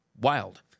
wild